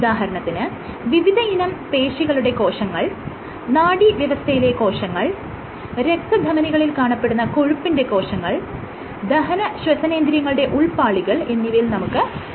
ഉദാഹരണത്തിന് വിവിധയിനം പേശികളുടെ കോശങ്ങൾ നാഡീവ്യവസ്ഥയിലെ കോശങ്ങൾ രക്തധമനികളിൽ കാണപ്പെടുന്ന കൊഴുപ്പിന്റെ കോശങ്ങൾ ദഹന ശ്വസനേന്ദ്രിയങ്ങളുടെ ഉൾപാളികൾ എന്നിവയിൽ എല്ലാം നമുക്ക് ഇവ സദൃശ്യമാണ്